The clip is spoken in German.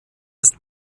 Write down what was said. ist